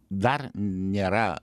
dar nėra